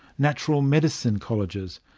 natural medicine colleges,